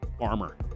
armor